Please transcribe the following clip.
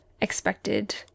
expected